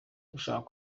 dushaka